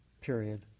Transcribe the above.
period